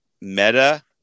Meta